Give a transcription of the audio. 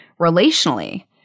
relationally